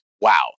wow